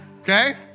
Okay